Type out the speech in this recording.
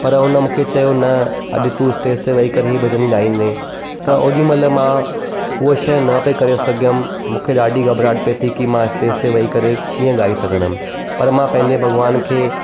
पर उन मूंखे चयो न अॼु तू स्टेज ते वेही करे ई भॼनु ॻाईंदें त ओॾीमहिल मां हुअ शइ न पई करे सघियमि मूंखे ॾाढी घॿराहट पए थिए की मां स्टेज ते वेही करे कीअं ॻाए सघंदमि पर मां पंहिंजे भॻवान खे